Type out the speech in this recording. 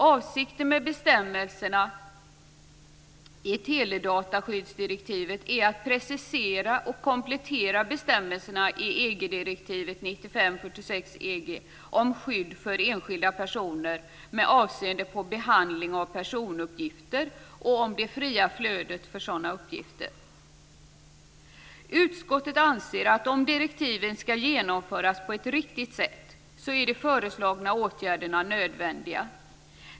Avsikten med bestämmelserna i teledataskyddsdirektivet är att precisera och komplettera bestämmelserna i EG-direktiv 95 EG om skydd för enskilda personer med avseende på behandling av personuppgifter och om det fria flödet av sådana uppgifter. Utskottet anser att om direktiven ska genomföras på ett riktigt sätt är de föreslagna åtgärderna nödvändiga.